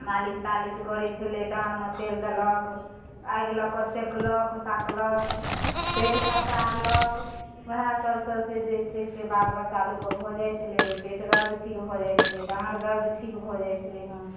मालिश तालिश करै छलै डाँरमे तेल देलक आगि लऽ कऽ सेंकलक साँकलक पेट ससारलक वएह सभसँ जेछै से बाल बच्चा लोकक भऽ जाइ छलै पेट दर्द ठीक भऽ जाइ छलै डाँर दर्द ठीक भऽ जाइ छलै हैं